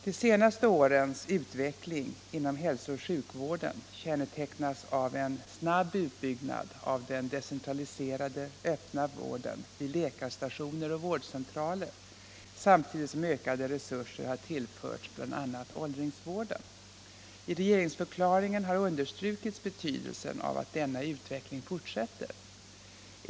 De senaste årens utveckling inom hälsooch sjukvården kännetecknas av en snabb utbyggnad av den decentraliserade öppna sjukvården vid läkarstationer och vårdcentraler, samtidigt som ökade resurser har tillförts bl.a. åldringsvården. I regeringsförklaringen har understrukits betydelsen av att denna utveckling fortsätter.